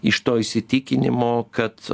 iš to įsitikinimo kad